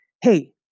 hey